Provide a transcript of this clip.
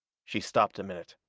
she stopped a minute.